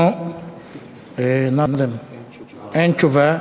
אין תשובה?